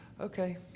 okay